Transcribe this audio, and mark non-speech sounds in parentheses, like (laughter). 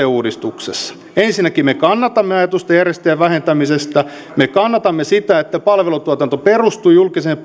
(unintelligible) uudistuksessa ensinnäkin me kannatamme ajatusta järjestäjien vähentämisestä me kannatamme sitä että palvelutuotanto perustuu julkiseen (unintelligible)